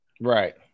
Right